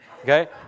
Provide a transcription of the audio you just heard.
Okay